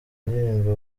indirimbo